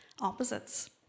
opposites